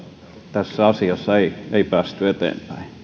tässä asiassa ei ei päästy eteenpäin